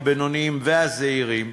הבינוניים והזעירים,